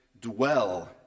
dwell